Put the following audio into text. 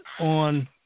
on